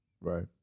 Right